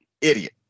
Idiot